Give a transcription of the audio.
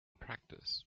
practice